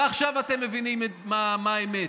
ועכשיו אתם מבינים מה האמת.